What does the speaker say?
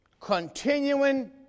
Continuing